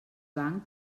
banc